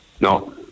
No